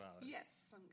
Yes